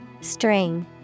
String